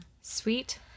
sweet